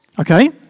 Okay